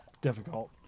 difficult